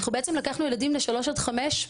בעצם אנחנו לקחנו ילדים בני שלוש עד חמש,